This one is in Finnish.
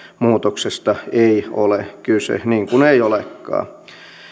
muutoksesta ei ole kyse niin kuin ei olekaan